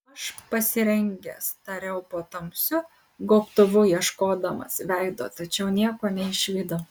aš pasirengęs tariau po tamsiu gobtuvu ieškodamas veido tačiau nieko neišvydau